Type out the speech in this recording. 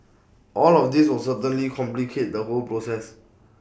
all of these will certainly complicate the whole process